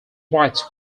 rights